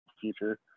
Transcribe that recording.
future